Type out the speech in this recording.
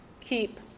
keep